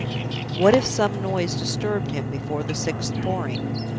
what if some noise disturbed him before the sixth pouring?